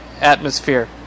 atmosphere